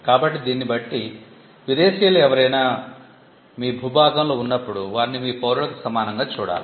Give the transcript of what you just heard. కాబట్టి దీన్ని బట్టి విదేశీయులు ఎవరైనా మీ భూభాగంలో ఉన్నప్పుడు వారిని మీ పౌరులకు సమానంగా చూడాలి